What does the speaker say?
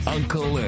Uncle